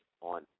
on